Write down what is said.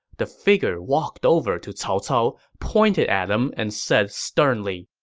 the figure walked over to cao cao, pointed at him, and said sternly,